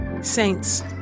Saints